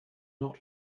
not